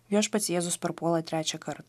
viešpats jėzus parpuola trečiąkar